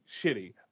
shitty